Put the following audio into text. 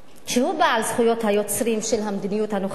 שהוא בעל זכויות יוצרים של המדיניות הנוכחית,